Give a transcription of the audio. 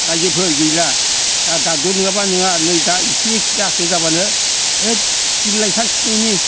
रायजोफोर गैला दा ड'क्टर नङाब्लानो नङा दा एसे जासिन जाब्लानो हैद पिल लायथां खिनायनि